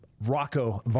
Rocco